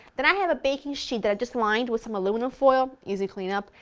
then i have a baking sheet that i've just lined with some aluminum foil, easy cleanup,